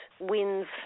wins